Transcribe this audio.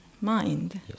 mind